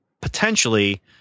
potentially